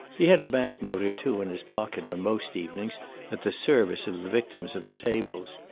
he had a bank-note or two in his pocket on most evenings at the service of the victims of the tables.